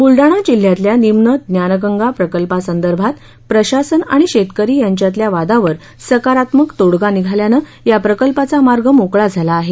बुलडाणा जिल्ह्यातल्या निम्न ज्ञानगंगा प्रकल्पासंदर्भात प्रशासन आणि शेतकरी यांच्यातल्या वादावर सकारात्मक तोडगा निघालल्यानं या प्रकल्पाचा मार्ग मोकळा झाला आहे